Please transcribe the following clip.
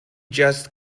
just